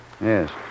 yes